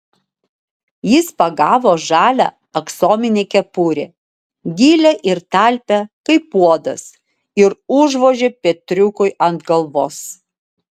jis pagavo žalią aksominę kepurę gilią ir talpią kaip puodas ir užvožė petriukui ant galvos